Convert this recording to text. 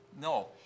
No